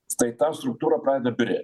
tai ta struktūra pradeda byrėt